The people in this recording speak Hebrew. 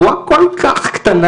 הבועה כל כך קטנה,